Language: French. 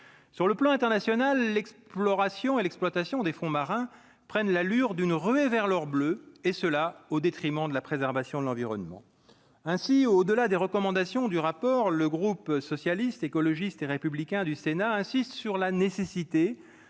sur le plan international, l'exploration et l'exploitation des fonds marins prennent l'allure d'une ruée vers l'or bleu, et cela au détriment de la préservation de l'environnement ainsi au-delà des recommandations du rapport, le groupe socialiste, écologiste et républicain du Sénat insiste sur la nécessité